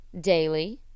Daily